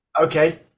Okay